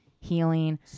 healing